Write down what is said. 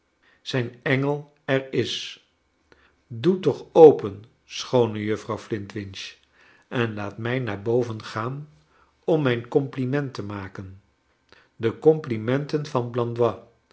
zijn engel er is doe toch open schoone juffrouw flintwinch en laat mij naar boven gaan om mijn compliment te maken de complimenten van blandois